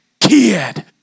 Kid